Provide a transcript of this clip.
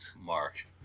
Mark